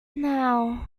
now